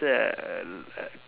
err